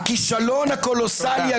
הכישלון הקולוסלי,